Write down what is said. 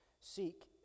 Seek